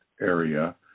area